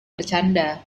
bercanda